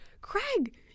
Craig